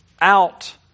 Out